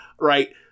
right